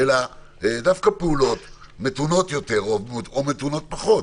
אלא דווקא פעולות מתונות יותר או מתונות פחות.